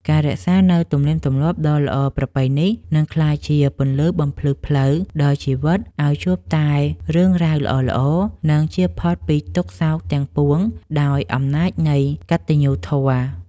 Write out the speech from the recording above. ការរក្សានូវទំនៀមទម្លាប់ដ៏ល្អប្រពៃនេះនឹងក្លាយជាពន្លឺបំភ្លឺផ្លូវដល់ជីវិតឱ្យជួបតែរឿងរ៉ាវល្អៗ និង ជៀសផុតពីទុក្ខសោកទាំងពួងដោយអំណាចនៃកតញ្ញូធម៌។